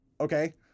okay